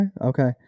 Okay